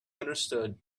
understood